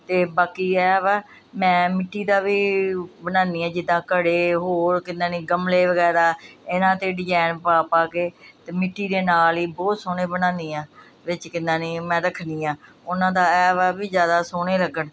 ਤੇ ਬਾਕੀ ਐਹ ਵਾ ਮੈਂ ਮਿੱਟੀ ਦਾ ਵੀ ਬਣਾਉਦੀ ਆ ਜਿੱਦਾਂ ਘੜੇ ਹੋਰ ਕਿੰਨਾਂ ਨੇ ਗਮਲੇ ਵਗੈਰਾ ਇਹਨਾਂ ਤੇ ਡਿਜ਼ਾਇਨ ਪਾ ਪਾ ਕੇ ਤੇ ਮਿੱਟੀ ਦੇ ਨਾਲ ਹੀ ਬਹੁਤ ਸੋਹਣੇ ਬਣਾਉਦੇ ਆ ਵਿੱਚ ਕਿੰਨਾਂ ਨੇ ਮੈਂ ਰੱਖਦੀ ਆਂ ਉਹਨਾਂ ਦਾ ਐ ਵਾ ਵੀ ਜਿਆਦਾ ਸੋਹਣੇ ਲੱਗਣ